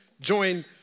join